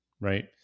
right